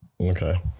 Okay